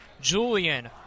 Julian